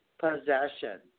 possession